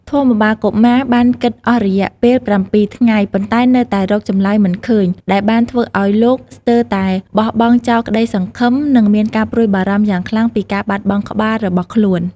ធម្មបាលកុមារបានគិតអស់រយៈពេលប្រាំពីរថ្ងៃ ប៉ុន្តែនៅតែរកចម្លើយមិនឃើញ ដែលបានធ្វើឲ្យលោកស្ទើរតែបោះបង់ចោលក្តីសង្ឃឹម និងមានការព្រួយបារម្ភយ៉ាងខ្លាំងពីការបាត់បង់ក្បាលរបស់ខ្លួន។